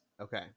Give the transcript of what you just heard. okay